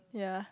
ya